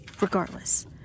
Regardless